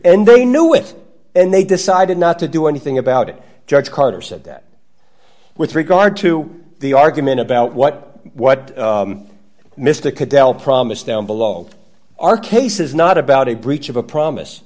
and they knew it and they decided not to do anything about it judge carter said that with regard to the argument about what what mr condell promised down below our case is not about a breach of a promise